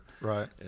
Right